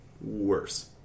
Worse